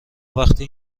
وقتی